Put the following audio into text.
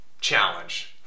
challenge